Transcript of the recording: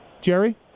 Jerry